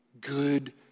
Good